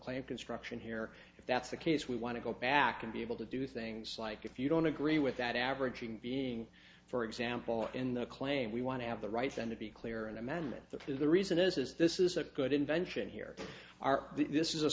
claim construction here if that's the case we want to go back and be able to do things like if you don't agree with that averaging being for example in the claim we want to have the right then to be clear an amendment through the reason is is this is a good invention here are th